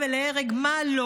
כמה מתסכל.